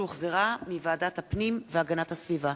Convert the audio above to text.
שהחזירה ועדת הפנים והגנת הסביבה.